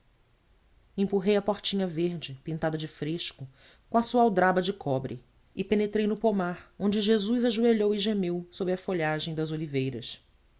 empurrei a portinha verde pintada de fresco com a sua aldraba de cobre e penetrei no pomar onde jesus ajoelhou e gemeu sob a folhagem das oliveiras